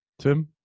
Tim